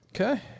Okay